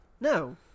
No